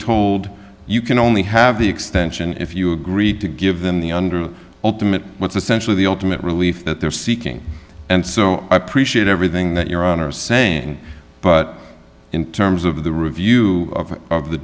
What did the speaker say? told you can only have the extension if you agreed to give them the under ultimate what's essentially the ultimate relief that they're seeking and so i appreciate everything that your honor saying but in terms of the review of